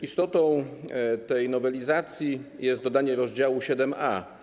Istotą tej nowelizacji jest dodanie rozdziału 7a: